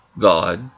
God